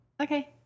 Okay